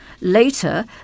later